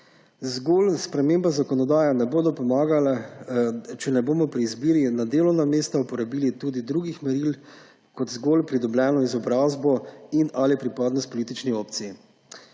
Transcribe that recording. Zgolj spremembe zakonodaje ne bodo pomagale, če ne bomo pri izbiri na delovna mesta uporabili tudi drugih meril kot zgolj pridobljeno izobrazbo in ali pripadnost politični opciji.